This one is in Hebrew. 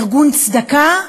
ארגון צדקה,